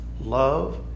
Love